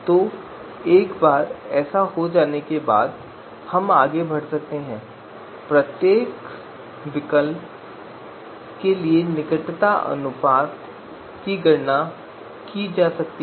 तो एक बार ऐसा हो जाने पर हम आगे बढ़ सकते हैं और प्रत्येक विकल्प के लिए निकटता अनुपात की गणना कर सकते हैं